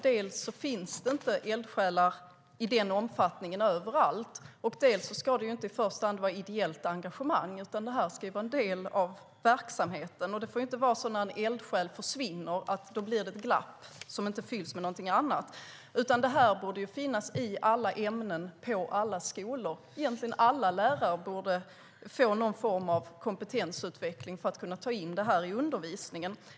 Dels finns det inte eldsjälar i den omfattningen överallt, dels ska det inte i första hand handla om ideellt engagemang, utan detta ska vara en del av verksamheten. Det får inte vara så, när en eldsjäl försvinner, att det blir ett glapp som inte fylls med något annat. Detta borde finnas i alla ämnen på alla skolor, och egentligen borde alla lärare få någon form av kompetensutveckling för att kunna ta in detta i undervisningen.